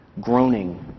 groaning